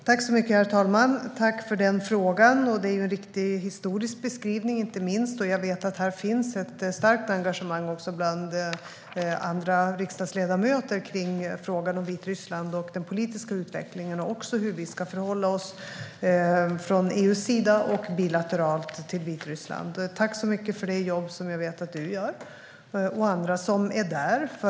Herr talman! Jag vill tacka för frågan. Det är en riktig historisk beskrivning. Jag vet att det finns ett starkt engagemang också bland andra riksdagsledamöter för frågan om Vitryssland och den politiska utvecklingen och hur vi ska förhålla oss till Vitryssland, både från EU:s sida och bilateralt. Tack så mycket för det jobb som jag vet att du och andra gör, Kent Härstedt!